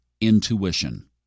intuition